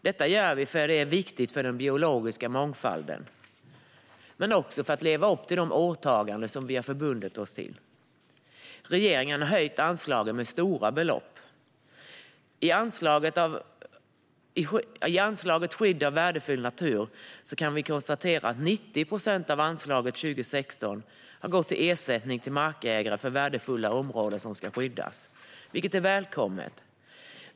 Detta gör vi eftersom det är viktigt för den biologiska mångfalden men också för att leva upp till de åtaganden vi har förbundit oss till. Regeringen har höjt anslagen med stora belopp. I anslaget för skydd av värdefull natur kan vi konstatera att 90 procent av anslaget 2016 har gått till ersättning till markägare för att värdefulla områden ska skyddas, vilket är välkommet.